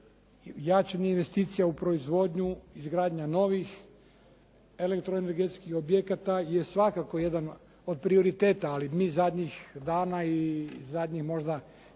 jačanje investicija u proizvodnju, izgradnja novih elektroenergetskih objekata je svakako jedan od prioriteta. Ali mi zadnjih dana i zadnjih možda mjesec